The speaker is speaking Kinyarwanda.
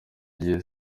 gihe